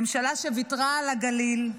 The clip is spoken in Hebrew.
ממשלה שוויתרה על הגליל,